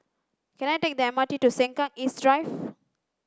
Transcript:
can I take the M R T to Sengkang East Drive